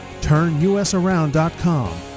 TurnUSAround.com